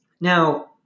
Now